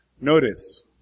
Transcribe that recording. Notice